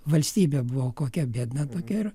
valstybė buvo kokia biedna tokia ir